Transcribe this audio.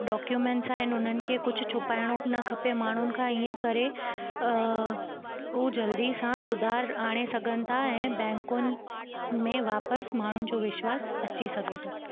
documents आहिनि हुननि खे कुझु छुपाइणो न खपे माण्हुनि खां ईअं करे उहे जल्दी सां सुधारु आणे सघनि था ऐं बैंकुनि में वापसि माण्हुनि जो विश्वास अची सघे थो